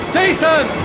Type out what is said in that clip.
Jason